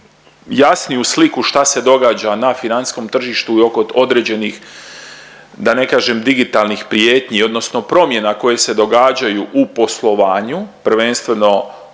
jasniju sliku šta se događa na financijskom tržištu i oko određenih da ne kažem digitalnih prijetnji odnosno promjena koje se događaju u poslovanju, prvenstveno